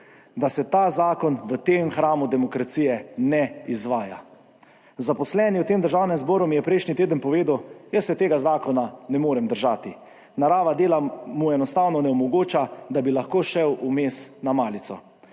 Da se ta zakon v tem hramu demokracije ne izvaja. Zaposleni v tem Državnem zboru mi je prejšnji teden povedal, jaz se tega zakona ne morem držati, narava dela mu enostavno ne omogoča, da bi lahko šel vmes na malico.